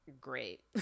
great